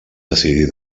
decidir